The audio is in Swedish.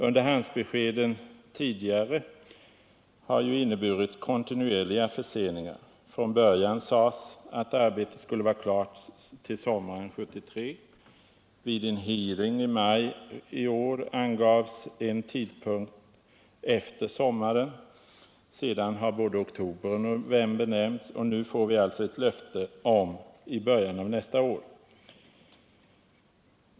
Underhandsbeskeden tidigare har ju inneburit kontinuerliga förseningar. Från början sades att arbetet skulle vara klart till sommaren 1973. Vid en hearing i maj i år angavs en tidpunkt efter sommaren. Sedan har både oktober och november nämnts, och nu får vi alltså ett löfte om att det skall bli färdigt i början av nästa år.